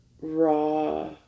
raw